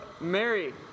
Mary